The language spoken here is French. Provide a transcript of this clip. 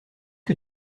que